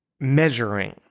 Measuring